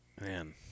Man